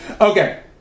Okay